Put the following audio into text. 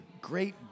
great